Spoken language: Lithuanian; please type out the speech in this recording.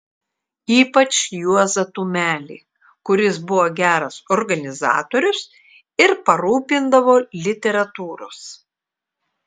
ypač juozą tumelį kuris buvo geras organizatorius ir parūpindavo literatūros